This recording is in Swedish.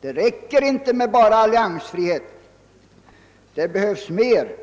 Det räcker inte med bara alliansfrihet, det behövs mer.